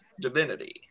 divinity